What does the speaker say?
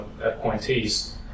appointees